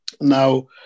Now